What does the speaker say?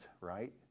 right